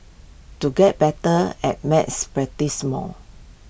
to get better at maths practise more